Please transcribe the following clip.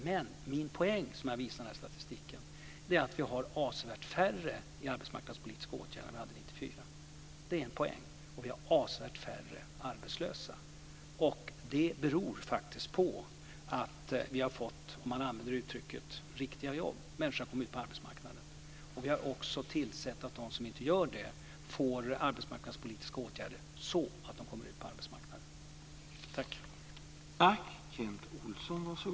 Men min poäng som jag visar med den här statistiken är att vi har avsevärt färre i arbetsmarknadspolitiska åtgärder än vad vi hade 1994 - det är en poäng - och vi har avsevärt färre arbetslösa. Det beror faktiskt på att vi har fått, om man använder det uttrycket, riktiga jobb. Människor har kommit ut på arbetsmarknaden. Vi har också tillsett att de som inte gör det får arbetsmarknadspolitiska åtgärder så att de kommer ut på arbetsmarknaden.